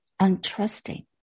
untrusting